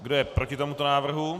Kdo je proti tomuto návrhu?